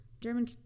German